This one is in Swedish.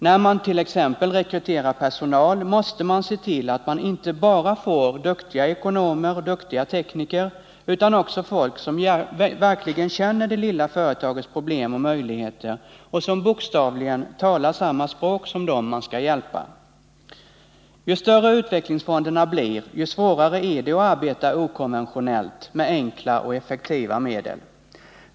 När man t.ex. rekryterar personal måste man se till att man inte bara får duktiga ekonomer och tekniker utan också folk som verkligen känner till det lilla företagets problem och möjligheter och som bokstavligen talar samma språk som de man skall hjälpa. Ju större utvecklingsfonderna blir, desto svårare blir det att arbeta okonventionellt med enkla men effektiva medel.